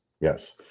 Yes